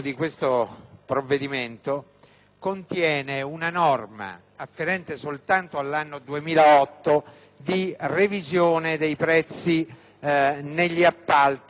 contiene una norma, afferente soltanto all'anno 2008, di revisione dei prezzi negli appalti dei lavori pubblici.